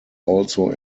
also